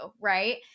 Right